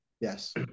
Yes